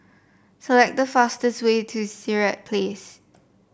select the fastest way to Sirat Place